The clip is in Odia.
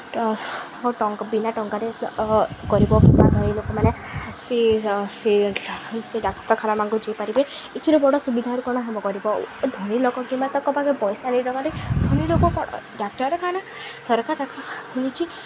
ବିନା ଟଙ୍କାରେ ଗରିବ ଲୋକମାନେ ସେ ସେ ସେ ଡାକ୍ତରଖାନାମାନଙ୍କୁ ଯଇପାରିବେ ଏଥିରେ ବଡ଼ ସୁବିଧାରେ କ'ଣ ହେବ ଗରିବ ଧନୀ ଲୋକ କିମ୍ବା ତାଙ୍କ ପାଖରେ ପଇସା ନେଇନ କ ଧନୀ ଲୋକ କ'ଣ ଡାକ୍ତରଖାନା ସରକାର ଡାକ୍ତରଖାନା ଖୋଲିଛି